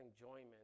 enjoyment